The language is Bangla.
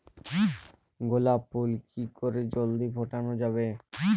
গোলাপ ফুল কি করে জলদি ফোটানো যাবে?